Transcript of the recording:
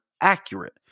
accurate